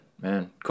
Man